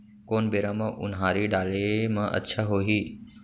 कोन बेरा म उनहारी डाले म अच्छा होही?